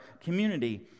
community